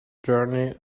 journey